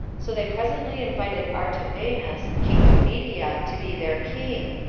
so they presently invited artabanus, king of media, to be their king,